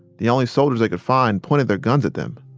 the only soldiers they could find pointed their guns at them.